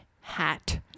hat